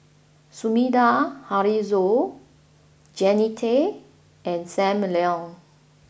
Sumida Haruzo Jannie Tay and Sam Leong